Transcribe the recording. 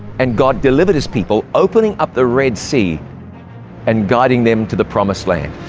and god delivered his people, opening up the red sea and guiding them to the promised land.